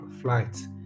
flights